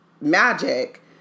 magic